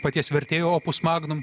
paties vertėjo opus magnum